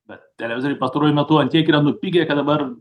bet televizoriai pastaruoju metu an tiek yra nupigę kad dabar